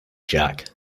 jack